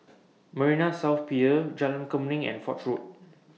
Marina South Pier Jalan Kemuning and Foch Road